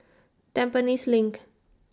Tampines LINK